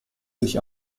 sich